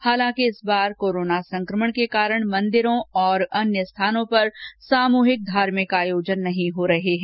हालांकि इस बार कोरोना संक्रमण के कारण मंदिरों और अन्य स्थानों पर सामूहिक धार्मिक आयोजन नहीं हो रहे हैं